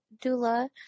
Dula